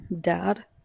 Dad